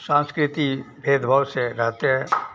संस्कृति भेदभाव से रहते हैं